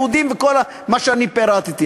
יהודים וכל מה שאני פירטתי.